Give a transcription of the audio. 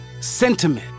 sentiment